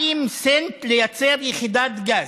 40 סנט לייצר יחידת גז.